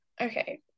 okay